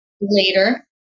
Later